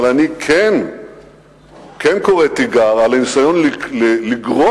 אבל אני כן קורא תיגר על הניסיון לגרוע